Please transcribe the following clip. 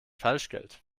falschgeld